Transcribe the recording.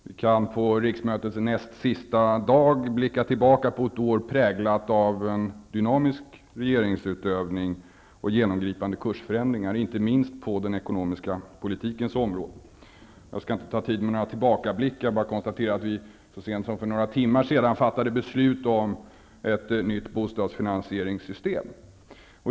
Vi kan, på riksmötets näst sista dag, blicka tillbaka på ett år präglat av dynamisk regeringsutövning och genomgripande kursförändringar, inte minst på den ekonomiska politikens område. Jag skall inte ta tid till några tillbakablickar. Men jag skall bara konstatera att vi så sent som för några timmar sedan fattade beslut om ett nytt bostadsfinansieringssystem.